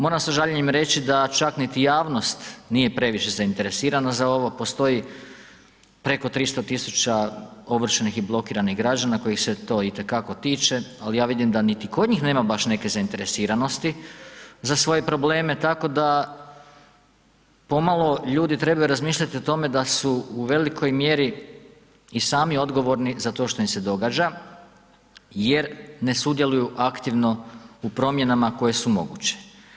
Moram sa žaljenjem reći da čak niti javnost nije previše zainteresirana za ovo, postoji peko 300.000 ovršenih i blokiranih građana kojih se to i te tako tiče, ali ja vidim da niti kod njih nema baš neke zainteresiranosti za svoje probleme, tako da pomalo ljudi trebaju razmišljati o tome da su u velikoj mjeri i sami odgovorni za to što im se događa jer ne sudjeluju aktivno u promjenama koje su moguće.